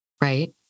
Right